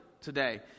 today